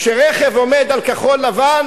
כשרכב עומד על כחול-לבן,